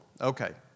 Okay